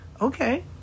okay